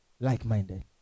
Like-minded